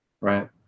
right